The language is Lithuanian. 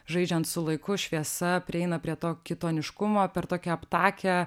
žaidžiant su laiku šviesa prieina prie to kitoniškumo per tokią aptakią